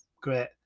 Great